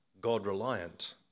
God-reliant